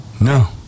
No